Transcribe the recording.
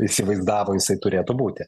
įsivaizdavo jisai turėtų būti